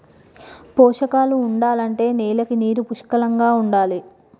పోషకాలు ఉండాలంటే నేలకి నీరు పుష్కలంగా ఉండాలి